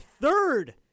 third